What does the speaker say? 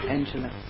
Angela